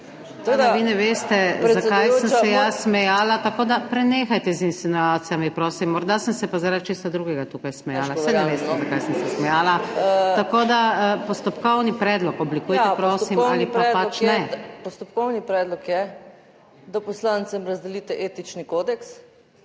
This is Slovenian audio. Vi ne veste zakaj sem se jaz smejala, tako da prenehajte z insinuacijami, prosim. Morda sem se pa zaradi česa drugega tukaj smejala, saj ne veste zakaj sem se smejala. Tako da postopkovni predlog oblikujte, prosim, ali pa pač ne. **Nadaljevanje JELKA GODEC (PS SDS):** Postopkovni predlog je, da poslancem razdelite etični kodeks,